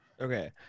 Okay